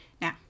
Now